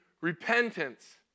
repentance